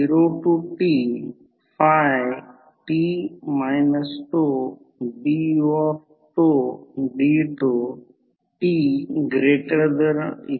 आणि जर magnetising reactance Xm घेतला तर दिसेल की लॉसकडे दुर्लक्ष केले तर हे I0 आणि ∅ दोन्ही फेजमध्ये आहेत आणि V1 पासून 90° ने मागे आहेत